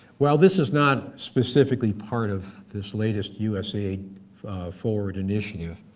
while this is not specifically part of this latest usaid forward initiative,